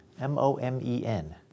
M-O-M-E-N